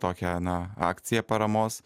tokią na akciją paramos